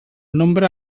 nombre